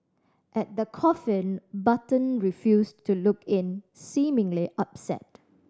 at the coffin Button refused to look in seemingly upset